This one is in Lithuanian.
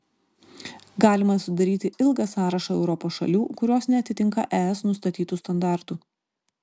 galima sudaryti ilgą sąrašą europos šalių kurios neatitinka es nustatytų standartų